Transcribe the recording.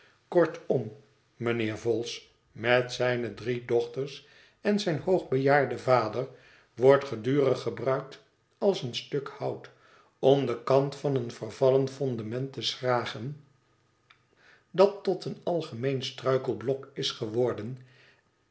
kortom mijnheer vholes met zijne drie dochters en zijn hoogbejaarden vader wordt gedurig gebruikt als een stuk hout om den kant van een vervallen fondement te schragen dat tot een algemeen struikelblok is geworden